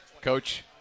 Coach